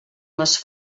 les